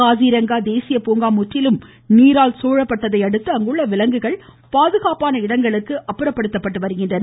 காஸிரெங்கா தேசிய பூங்கா முற்றிலும் நீரால் சூழப்பட்டதை அடுத்து அங்குள்ள விலங்குகள் பாதுகாப்பான இடங்களுக்கு அப்புறப்படுத்தப்பட்டு வருகின்றன